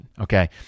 Okay